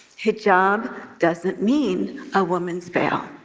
hijab doesn't mean a woman's veil.